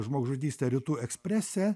žmogžudystę rytų eksprese